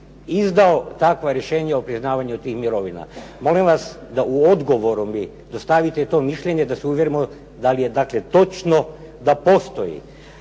izdao takva rješenja o priznavanju tih mirovina. Molim vas da u odgovoru mi dostavite to mišljenje da se uvjerimo da li je dakle točno da postoji.